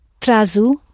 trazu